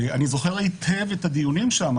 אני זוכר היטב את הדיונים שם.